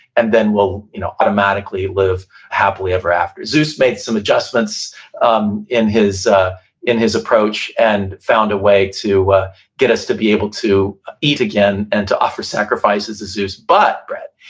and then we'll you know automatically live happily ever after. zeus made some adjustments um in his ah in his approach, and found a way to get us to be able to eat again, and to offer sacrifices to zeus but bread.